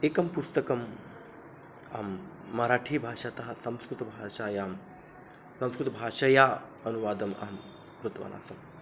एकं पुस्तकम् अहं मराठीभाषातः संस्कृतभाषायां संस्कृतभाषया अनुवादम् अहं कृतवान् आसं